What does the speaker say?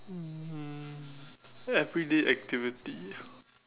um everyday activity